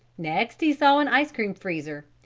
next he saw an ice-cream freezer.